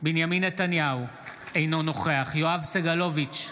בהצבעה בנימין נתניהו, אינו נוכח יואב סגלוביץ'